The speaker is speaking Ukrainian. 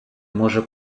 може